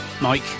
Mike